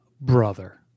brother